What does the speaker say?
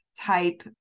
type